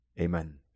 Amen